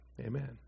Amen